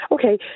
Okay